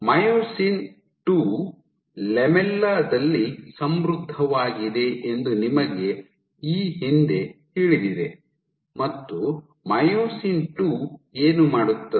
myosin II lamella ದಲ್ಲಿ ಸಮೃದ್ಧವಾಗಿದೆ ಎಂದು ನಿಮಗೆ ಈ ಹಿಂದೆ ತಿಳಿದಿದೆ ಮತ್ತು ಮಯೋಸಿನ್ II ಏನು ಮಾಡುತ್ತದೆ